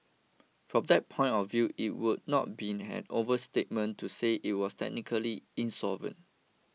from that point of view it would not be an overstatement to say it was technically insolvent